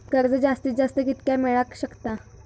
कर्ज जास्तीत जास्त कितक्या मेळाक शकता?